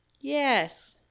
Yes